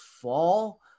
fall